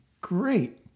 great